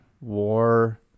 war